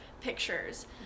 pictures